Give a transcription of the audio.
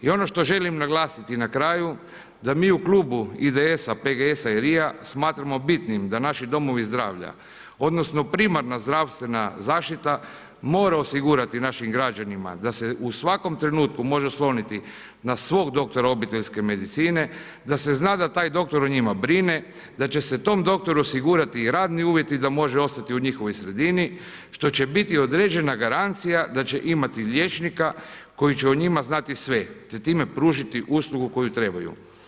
I ono što želim naglasiti na kraju, da mi u Klubu IDS-a, PGS-a i RIA smatramo bitnim da naši domovi zdravlja odnosno primarna zdravstvena zaštita mora osigurati našim građanima da se u svakom trenutku može osloniti na svog doktora obiteljske medicine, da se zna da taj doktor o njima brine, da će se tom doktoru osigurati radni uvjeti da može ostati u njihovoj sredini, što će biti određena garancija da će imati liječnika koji će o njima znati sve, te time pružiti uslugu koju trebaju.